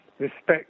respect